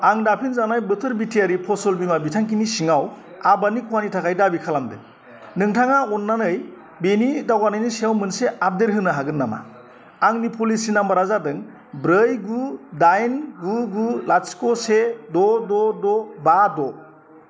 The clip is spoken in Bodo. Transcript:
आं दाफिनजानाय बोथोर बिथायारि फसल बीमा बिथांखिनि सिङाव आबादनि खानि थाखाय दाबि खालामदों नोंथाङा अननानै बेनि दावगानायनि सायाव मोनसे आपडेट होनो हागोन नामा आंनि प'लिसि नाम्बारा जादों ब्रै गु दाइन गु गु लाथिख' से द' द' द' बा द'